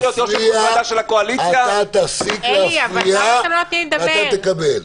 אתה תפסיק להפריע ואתה תקבל.